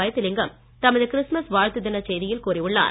வைத்திலிங்கம் தமது கிறிஸ்துமஸ் தின வாழ்த்து செய்தியில் கூறியுள்ளார்